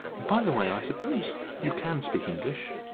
by the way, i suppose you can speak english?